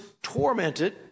tormented